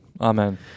Amen